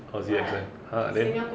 aussie accent !huh! then